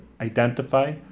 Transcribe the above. identify